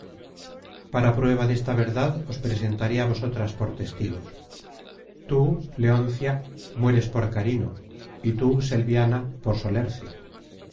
para prueba desta verdad os presentaré á vosotras por testigos tú leoncia mueres por carino y tú selviana por solercio